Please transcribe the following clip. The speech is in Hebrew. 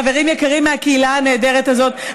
חברים יקרים מהקהילה הנהדרת הזאת,